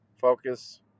Focus